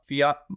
fiat